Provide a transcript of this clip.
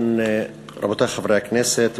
רבותי חברי הכנסת,